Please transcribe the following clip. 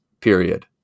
period